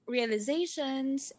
Realizations